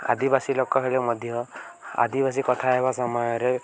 ଆଦିବାସୀ ଲୋକ ହେଲେ ମଧ୍ୟ ଆଦିବାସୀ କଥା ହେବା ସମୟରେ